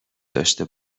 داشته